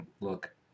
Look